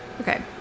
Okay